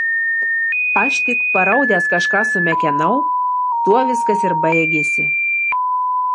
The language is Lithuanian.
aš tik paraudęs kažką sumekenau tuo viskas ir baigėsi